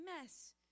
mess